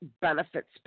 benefits